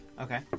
Okay